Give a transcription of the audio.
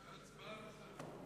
התשס"ח